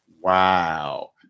Wow